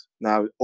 now